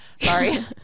sorry